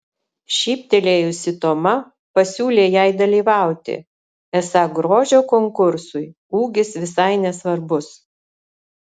šyptelėjusi toma pasiūlė jai dalyvauti esą grožio konkursui ūgis visai nesvarbus